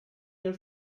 your